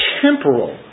temporal